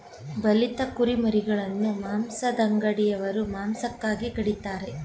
ಬಲಿತ ಕುರಿಮರಿಗಳನ್ನು ಮಾಂಸದಂಗಡಿಯವರು ಮಾಂಸಕ್ಕಾಗಿ ಕಡಿತರೆ